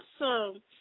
awesome